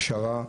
ישרה,